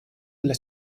della